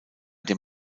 dem